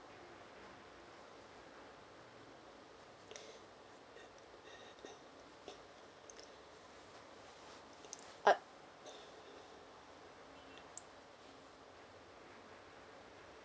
uh